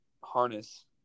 harness